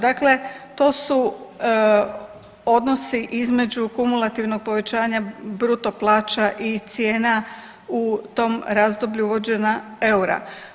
Dakle, to su odnosi između kumulativnog povećanja bruto plaća i cijena u tom razdoblju uvođenja eura.